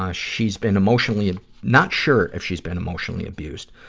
ah she's been emotionally not sure if she's been emotionally abused.